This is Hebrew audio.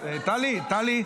--- בטרור.